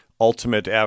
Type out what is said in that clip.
ultimate